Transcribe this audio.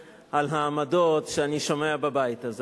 העמדות שאני שומע בבית הזה.